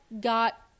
got